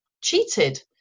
cheated